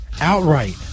outright